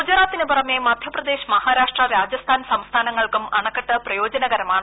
ഗുജറാത്തിന് പുറമെ മധ്യപ്രദേശ് മഹാരാഷ്ട്ര രാജസ്ഥാൻ സംസ്ഥാനങ്ങൾക്കും അണക്കെട്ട് പ്രയോജനകരമാണ്